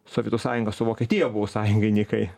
sovietų sąjunga su vokietija buvo sąjungininkai